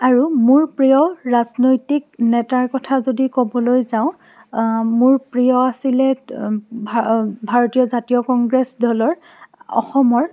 আৰু মোৰ প্ৰিয় ৰাজনৈতিক নেতাৰ কথা যদি ক'বলৈ যাওঁ মোৰ প্ৰিয় আছিলে ভাৰতীয় জাতীয় কংগ্ৰেছ দলৰ অসমৰ